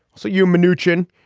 so you're manoogian,